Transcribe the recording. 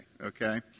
Okay